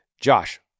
Josh